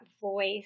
voice